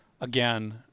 again